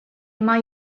mae